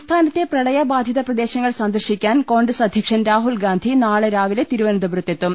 സംസ്ഥാനത്തെ പ്രപളയബാധിത പ്രദേശങ്ങൾ സന്ദർശിക്കാൻ കോൺഗ്രസ് അധൃക്ഷൻ രാഹുൽഗാന്ധി നാളെ രാവിലെ തിരുവനന്ത പുരത്തെത്തും